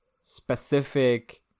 specific